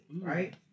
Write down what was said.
Right